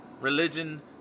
religion